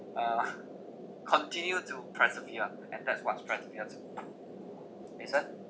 uh continue to persevere and that's what's perseverance eason